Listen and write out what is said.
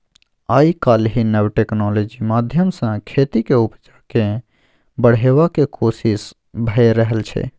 आइ काल्हि नब टेक्नोलॉजी माध्यमसँ खेतीक उपजा केँ बढ़ेबाक कोशिश भए रहल छै